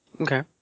okay